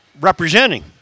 representing